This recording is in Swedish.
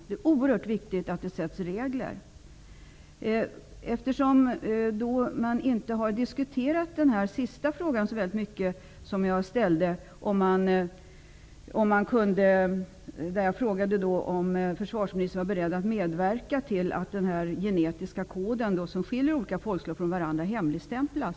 Det är oerhört viktigt att regler fastställs. Min sista fråga har inte diskuterats så mycket. Jag frågade alltså om försvarsministern är beredd att medverka till att den genetiska kod som skiljer olika folkslag från varandra hemligstämplas.